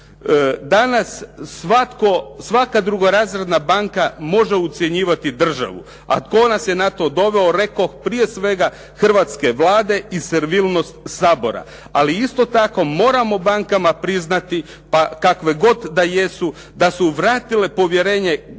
svatko, svaka drugorazredna banka može ucjenjivati državu a tko nas je na to doveo, rekoh, prije svega hrvatske Vlade i servilnost Sabora. Ali isto tako moramo bankama priznati, pa kakve god jesu, da su vratile povjerenje građana,